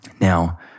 Now